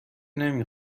نمی